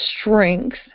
strength